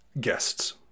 guests